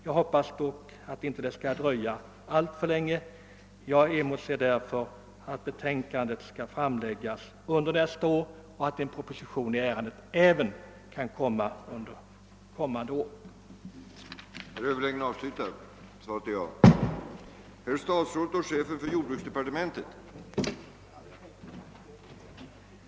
Jag hoppas dock att det inte skall dröja alltför länge innan betänkandena läggs fram och att en proposition i ärendet kan komma under nästa år.